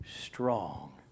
strong